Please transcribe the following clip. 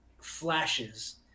flashes